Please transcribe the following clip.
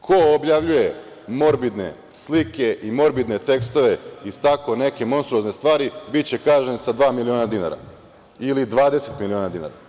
Ko objavljuje morbidne slike i morbidne tekstove iz tako neke monstruozne stvari biće kažnjen sa dva miliona dinara ili 20 miliona dinara.